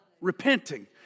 repenting